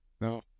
no